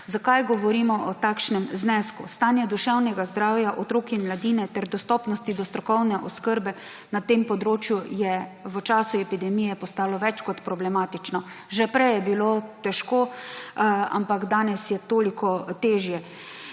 Zakaj govorimo o takšnem znesku? Stanje duševnega zdravja otrok in mladine ter dostopnosti do strokovne oskrbe na tem področju je v času epidemije postalo več kot problematično. Že prej je bilo težko, ampak danes je toliko težje.